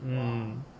mm